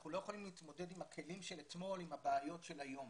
אנחנו לא יכולים להתמודד עם הכלים של אתמול עם הבעיות של היום,